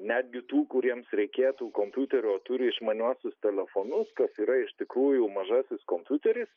netgi tų kuriems reikėtų kompiuterio turi išmaniuosius telefonus kas yra iš tikrųjų mažasis kompiuteris